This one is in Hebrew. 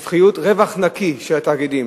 רווח נקי של התאגידים.